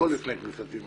הכול לפני כניסתי.